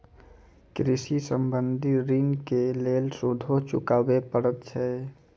कृषि संबंधी ॠण के लेल सूदो चुकावे पड़त छै?